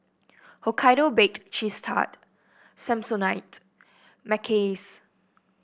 Hokkaido Baked Cheese Tart Samsonite Mackays